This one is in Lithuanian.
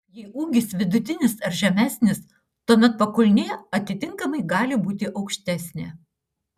jei ūgis vidutinis ar žemesnis tuomet pakulnė atitinkamai gali būti aukštesnė